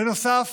בנוסף